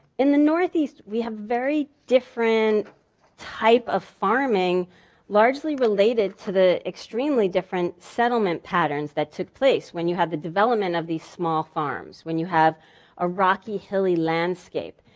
in the northeast, we have very different type of farming largely related to the extremely different settlement patterns that took place. when you had the development of these small farms, when you have a rocky hilly landscape.